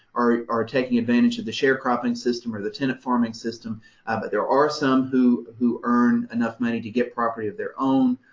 are are taking advantage of the sharecropping system or the tenant farming system, but there are some who who earned enough money to get property of their own.